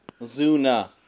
Zuna